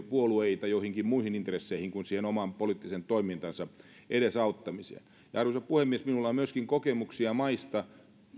puolueita joihinkin muihin intresseihin kuin siihen oman poliittisen toimintansa edesauttamiseen arvoisa puhemies minulla on myöskin kokemuksia maista